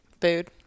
Food